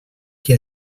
que